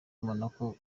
monaco